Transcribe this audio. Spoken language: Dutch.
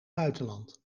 buitenland